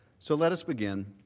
so, let us begin.